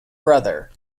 brother